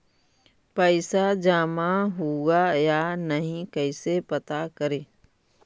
पैसा जमा हुआ या नही कैसे पता करे?